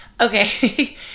Okay